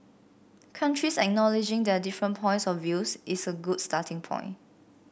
countries acknowledging their different points of views is a good starting point